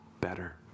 better